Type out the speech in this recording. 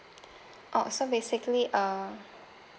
oh so basically uh